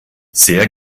sehr